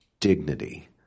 Dignity